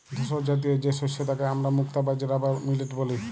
ধূসরজাতীয় যে শস্য তাকে হামরা মুক্তা বাজরা বা মিলেট ব্যলি